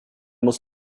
muss